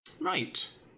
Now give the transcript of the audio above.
right